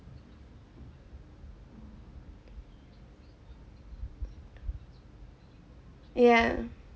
uh uh yeah